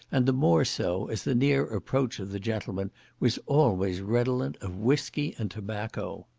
and the more so, as the near approach of the gentlemen was always redolent of whiskey and tobacco.